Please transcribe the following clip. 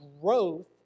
growth